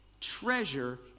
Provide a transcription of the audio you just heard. treasure